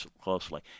closely